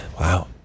Wow